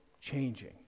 changing